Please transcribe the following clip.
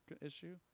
issue